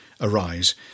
arise